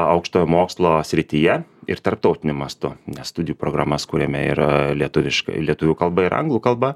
aukštojo mokslo srityje ir tarptautiniu mastu nes studijų programas kuriame ir lietuviškai lietuvių kalba ir anglų kalba